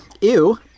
ew